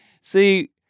See